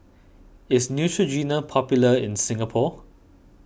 is Neutrogena popular in Singapore